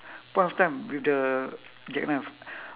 point of time with the jackknife